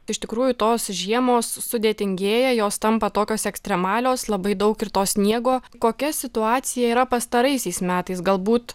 iš tikrųjų tos žiemos sudėtingėja jos tampa tokios ekstremalios labai daug ir to sniego kokia situacija yra pastaraisiais metais galbūt